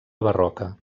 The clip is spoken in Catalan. barroca